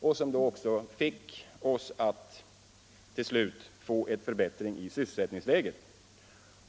Och den politiken medförde till slut en förbättring i sysselsättningsläget.